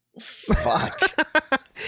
Fuck